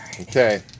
Okay